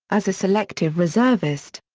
as a selective reservist.